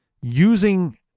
using